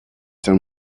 done